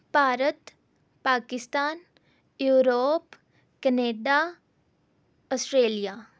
Bharat Pakistan Europe Canada Australia